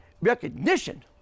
recognition